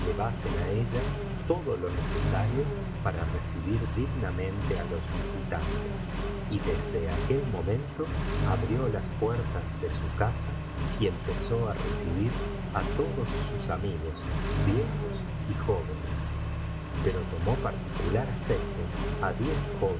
llevasen á ella todo lo necesario para recibir dignamente á los visitantes y desde aquel momento abrió las puertas de su casa y empezó á recibir á tocios sus amigos viejos y jóvenes pero tomó particular afecto á